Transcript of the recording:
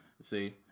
See